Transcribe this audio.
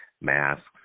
masks